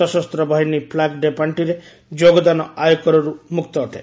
ସଶସ୍ତ ବାହିନୀ flag day ପାଷ୍ଠିରେ ଯୋଗଦାନ ଆୟକରରୁ ମୁକ୍ତ ଅଟେ